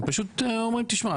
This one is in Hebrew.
הם פשוט אומרים תשמע,